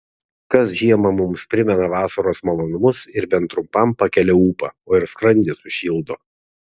kas žiemą mums primena vasaros malonumus ir bent trumpam pakelią ūpą o ir skrandį sušildo